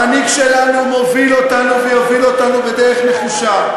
המנהיג שלנו מוביל אותנו ויוביל אותנו בדרך נחושה,